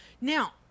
Now